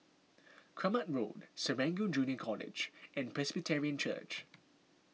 Kramat Road Serangoon Junior College and Presbyterian Church